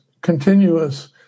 continuous